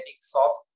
soft